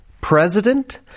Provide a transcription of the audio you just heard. president